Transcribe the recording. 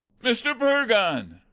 mr. purgon!